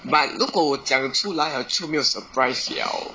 but 如果我讲出来了就没有 surprise 了